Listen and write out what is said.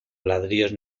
ladrillos